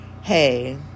hey